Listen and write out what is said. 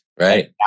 Right